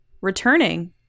returning